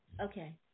Okay